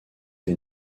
des